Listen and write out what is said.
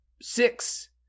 six